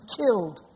killed